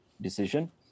decision